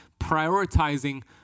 prioritizing